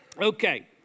Okay